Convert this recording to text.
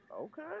Okay